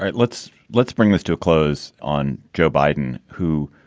um let's let's bring this to a close on joe biden, who.